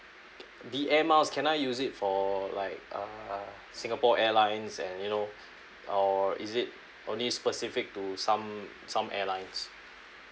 the air miles can I use it for like err singapore airlines and you know or is it only specific to some some airlines